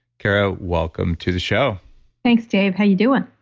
kara, welcome to the show thanks, dave. how you doing?